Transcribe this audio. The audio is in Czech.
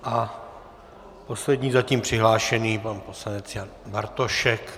A poslední zatím přihlášený je pan poslanec Jan Bartošek.